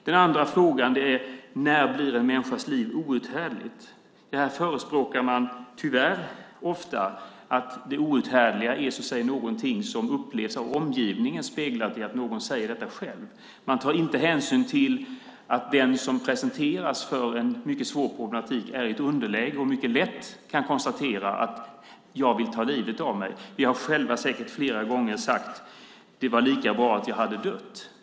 Den andra frågan är: När blir en människas liv outhärdligt? Man förespråkar tyvärr ofta att det outhärdliga är något som upplevs av omgivningen speglat i att någon säger detta själv. Man tar inte hänsyn till att den som presenteras för en mycket svår problematik är i ett underläge och mycket lätt kan konstatera "jag vill ta livet av mig". Vi har själva säkert flera gånger sagt: Det var lika bra att jag hade dött.